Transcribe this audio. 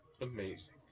Amazing